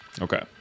Okay